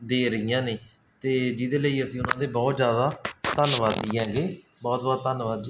ਦੇ ਰਹੀਆਂ ਨੇ ਅਤੇ ਜਿਹਦੇ ਲਈ ਅਸੀਂ ਉਹਨਾਂ ਦੇ ਬਹੁਤ ਜ਼ਿਆਦਾ ਧੰਨਵਾਦੀ ਹੈਗੇ ਬਹੁਤ ਬਹੁਤ ਧੰਨਵਾਦ